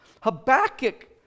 Habakkuk